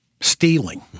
stealing